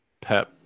Pep